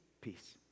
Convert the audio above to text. peace